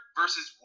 versus